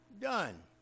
done